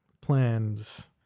Plans